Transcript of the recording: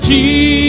Jesus